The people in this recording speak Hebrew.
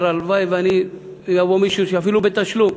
והוא אומר, הלוואי שיבוא מישהו, ואפילו בתשלום.